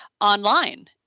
online